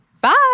Bye